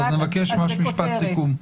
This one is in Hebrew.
אז אני ממש מבקש משפט סיכום.